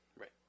Right